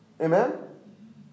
Amen